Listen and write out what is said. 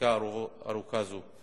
חקיקה ארוכה זו.